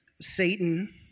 Satan